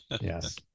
Yes